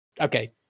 Okay